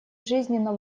жизненно